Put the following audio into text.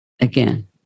again